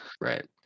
right